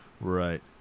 Right